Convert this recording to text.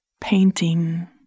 painting